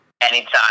Anytime